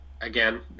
again